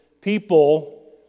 people